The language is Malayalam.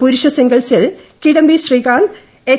പുരുഷ സിംഗിൾസിൽ കിഡംബി ശ്രീകാന്ത് എച്ച്